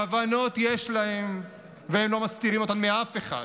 כוונות יש להם, והם לא מסתירים אותן מאף אחד.